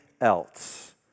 else